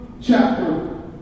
chapter